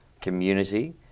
community